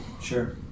Sure